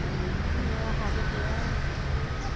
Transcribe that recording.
आंनि फिसायनि न'आव हाबो गैया हुबो गैया